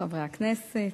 חברי הכנסת,